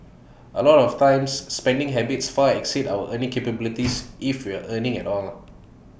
A lot of times spending habits far exceeds our earning capabilities if we're earning at all